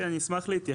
אשמח להתייחס.